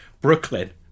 Brooklyn